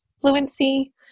fluency